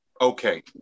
okay